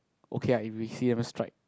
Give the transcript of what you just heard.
okay ah if we see them strike